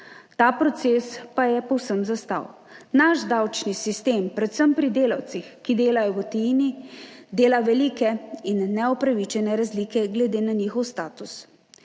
Ta proces pa je povsem zastal. Naš davčni sistem predvsem pri delavcih, ki delajo v tujini, dela velike in neupravičene razlike glede na njihov status.